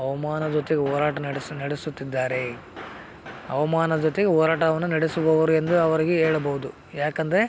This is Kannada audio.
ಹವಮಾನ ಜೊತೆಗೆ ಹೋರಾಟ ನಡೆಸು ನಡೆಸುತ್ತಿದ್ದಾರೆ ಹವಮಾನ ಜೊತೆಗೆ ಹೋರಾಟವನ್ನ ನಡೆಸುವವರು ಎಂದು ಅವರಿಗೆ ಹೇಳ್ಬೋದು ಯಾಕೆಂದ್ರೆ